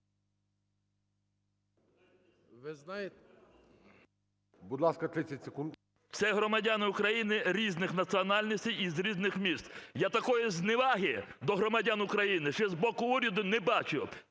ГОЛОВУЮЧИЙ. Будь ласка, 30 секунд. ЧУБАРОВ Р.А. Це громадяни України різних національностей і з різних міст. Я такої зневаги до громадян України ще з боку уряду не бачив.